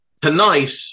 Tonight